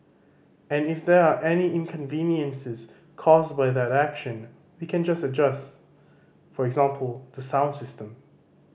and if there are any inconveniences caused by that action we can just adjust for example the sound system